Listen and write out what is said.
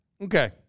Okay